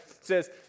says